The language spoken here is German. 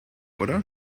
oder